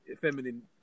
feminine